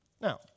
Now